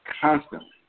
constantly